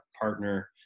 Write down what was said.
partner